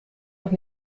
auch